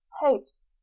hopes